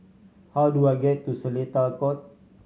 how do I get to Seletar Court